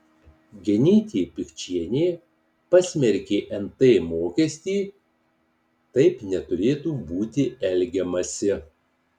genytė pikčienė pasmerkė nt mokestį taip neturėtų būti elgiamasi